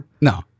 no